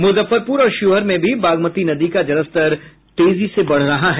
मुजफ्फरपुर और शिवहर में भी बागमती नदी का जलस्तर तेजी से बढ़ रहा है